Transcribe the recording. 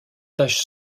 tache